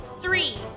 three